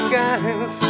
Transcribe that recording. guys